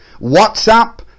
whatsapp